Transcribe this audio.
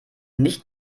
nicht